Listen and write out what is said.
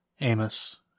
Amos